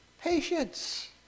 Patience